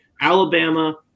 Alabama